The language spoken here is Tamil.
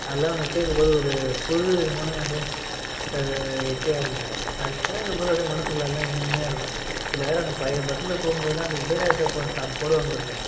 அதெல்லாம் நான் கேட்கும் போது ஒரு புதுவிதமான அப்படியே இசையாக இருக்குங்க அதை கேட்கும் போது அப்படியே மனசுக்குள்ளலாம் இனிமையாக இருக்கும் இதில் வேறு அந்த பழைய பஸ்ஸுல் போகும் போதெலாம் அந்த இளையராஜா பா சாங்ஸ் போடுவாங்க பாருங்கள்